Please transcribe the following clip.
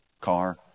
car